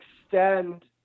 extend